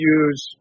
use